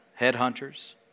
headhunters